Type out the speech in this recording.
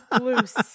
loose